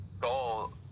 goal